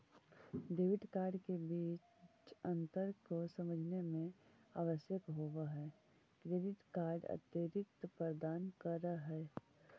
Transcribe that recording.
Debit card के बीच अंतर को समझे मे आवश्यक होव है क्रेडिट कार्ड अतिरिक्त प्रदान कर है?